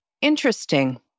Interesting